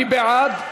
מי בעד?